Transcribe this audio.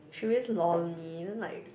she always lol me then like